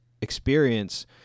experience